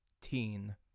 teen